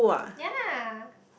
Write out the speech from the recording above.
yea